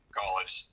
college